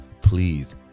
Please